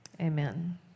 Amen